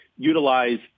utilize